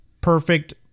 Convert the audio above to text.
perfect